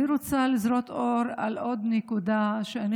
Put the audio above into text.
אני רוצה לזרוק אור על עוד נקודה שאני